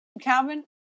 Calvin